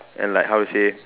and like how to say